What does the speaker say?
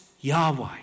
Yahweh